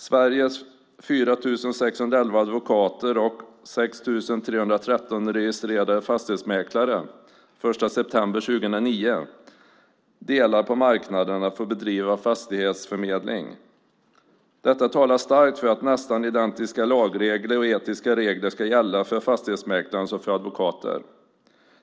De 4 611 advokater och 6 313 registrerade fastighetsmäklare som fanns i Sverige den 1 september 2009 delar på marknaden för att få bedriva fastighetsförmedling. Detta talar starkt för att nästan identiska lagregler och etiska regler ska gälla såväl för fastighetsmäklare som för advokater.